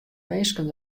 minsken